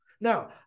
Now